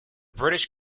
british